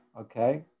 okay